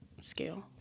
scale